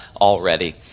already